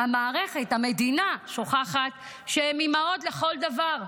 המערכת, המדינה, שוכחת שהן אימהות לכל דבר.